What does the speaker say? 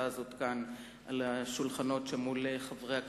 הזאת המונחת על שולחנם של חברי הכנסת.